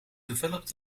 developed